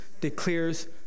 declares